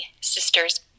sister's